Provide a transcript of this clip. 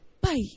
bye